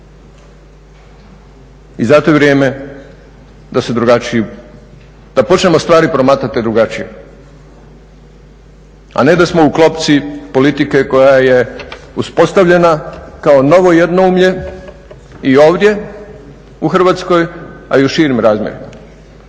da se drugačiji, da počnemo stvari promatrati drugačije, a ne da smo u klopci politike koja je uspostavljena kao novo jednoumlje i ovdje u Hrvatskoj, a i u širim razmjerima